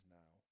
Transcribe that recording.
now